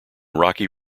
rocky